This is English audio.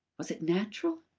was it natural?